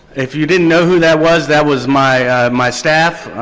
if you didn't know who that was, that was my my staff